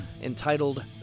entitled